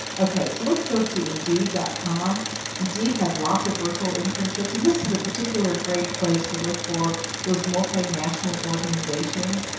okay, so let's go to indeed ah com indeed has lots of virtual internships, and this is a particular great place to look for those multi-national organizations.